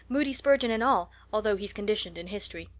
moody spurgeon and all, although he's conditioned in history.